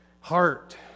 heart